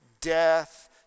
death